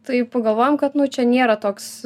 tai pagalvojom kad nu čia nėra toks